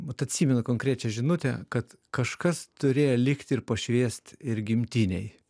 vat atsimenu konkrečią žinutę kad kažkas turėjo likt ir pašviest ir gimtinėj